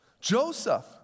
Joseph